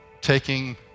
taking